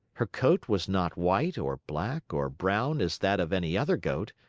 her coat was not white or black or brown as that of any other goat,